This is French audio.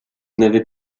n’avez